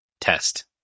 test